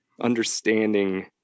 understanding